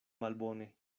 malbone